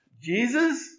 Jesus